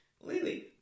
Lily